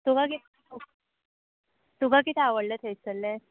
तुका कि तुका कितें आवडलें थंयसरलें